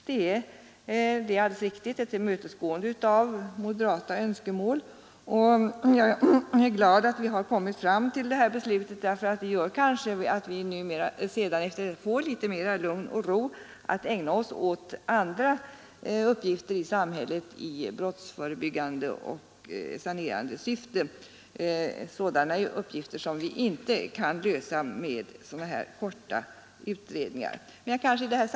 Det är alldeles riktigt ett tillmötesgående av moderata önskemål, och jag är glad över att vi har kommit fram till det beslutet, för det gör kanske att vi sedan får litet mera lugn och ro att ägna oss åt andra uppgifter i samhället i brottsförebyggande och sanerande syfte uppgifter som vi inte kan lösa med sådana här snabba utredningar.